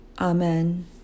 Amen